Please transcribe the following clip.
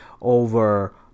over